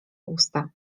usta